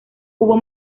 hubo